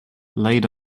laid